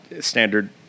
standard